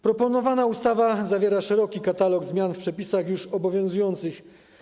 Proponowana ustawa zawiera szeroki katalog zmian w przepisach już obowiązujących.